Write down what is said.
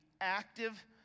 active